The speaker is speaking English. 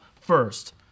first